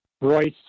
Royce